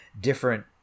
different